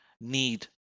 need